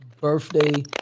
birthday